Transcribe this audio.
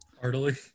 Heartily